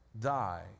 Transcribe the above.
die